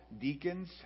deacons